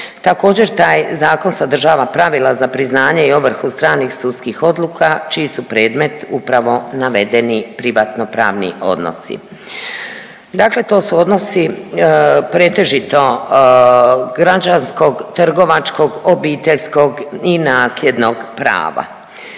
Također taj zakon sadržava pravila za priznanje i ovrhu stranih sudskih odluka čiji su predmet upravo navedeni privatno pravni odnosi. Dakle, to su odnosi pretežito građanskog, trgovačkog, obiteljskog i nasljednog prava.